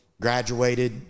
graduated